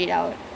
ya